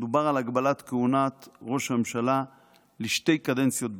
דובר על הגבלת כהונת ראש ממשלה לשתי קדנציות בלבד.